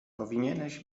powinieneś